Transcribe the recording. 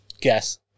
guess